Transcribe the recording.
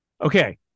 Okay